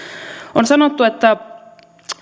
on sanottu että